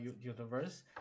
universe